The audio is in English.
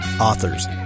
Authors